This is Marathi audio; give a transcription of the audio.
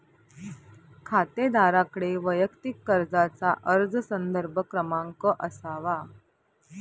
खातेदाराकडे वैयक्तिक कर्जाचा अर्ज संदर्भ क्रमांक असावा